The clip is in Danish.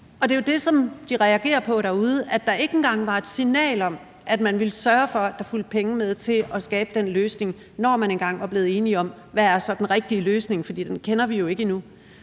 Det er jo det, som de reagerer på derude. Der var ikke engang et signal om, at man ville sørge for, at der fulgte penge med til at skabe den løsning, når man engang var blevet enige om, hvad den rigtige løsning så skulle være, for den kender vi jo ikke endnu.